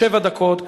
שבע דקות.